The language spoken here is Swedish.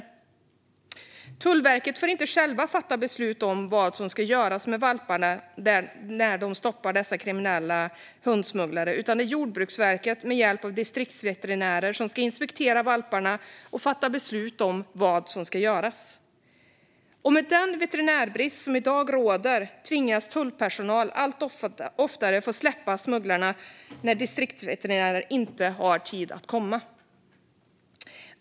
Tjänstemännen vid Tullverket får inte själva fatta beslut om vad som ska göras med valparna när de stoppar dessa kriminella hundsmugglare, utan det är Jordbruksverket som med hjälp av distriktsveterinärer ska inspektera valparna och fatta beslut om vad som ska göras. Med den veterinärbrist som i dag råder tvingas tullpersonal allt oftare släppa smugglarna eftersom inga distriktsveterinärer har tid att komma.